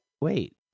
Wait